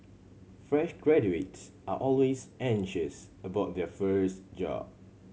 fresh graduates are always anxious about their first job